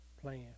plan